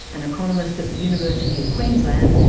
an economist at the university of queensland,